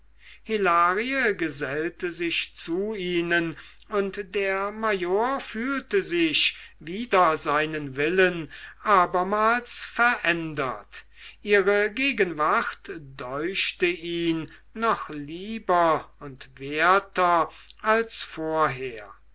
hilarie gesellte sich zu ihnen und der major fühlte sich wider seinen willen abermals verändert ihre gegenwart deuchte ihn noch lieber und werter als vorher